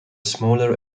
smaller